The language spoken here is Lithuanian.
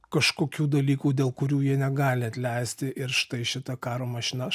kažkokių dalykų dėl kurių jie negali atleisti ir štai šita karo mašina